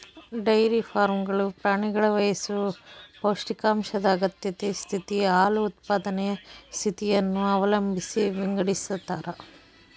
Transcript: dairy ಫಾರ್ಮ್ಗಳು ಪ್ರಾಣಿಗಳ ವಯಸ್ಸು ಪೌಷ್ಟಿಕಾಂಶದ ಅಗತ್ಯತೆ ಸ್ಥಿತಿ, ಹಾಲು ಉತ್ಪಾದನೆಯ ಸ್ಥಿತಿಯನ್ನು ಅವಲಂಬಿಸಿ ವಿಂಗಡಿಸತಾರ